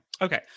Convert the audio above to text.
Okay